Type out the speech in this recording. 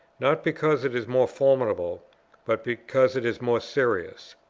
not because it is more formidable but because it is more serious.